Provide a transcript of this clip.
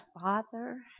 father